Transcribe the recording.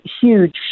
huge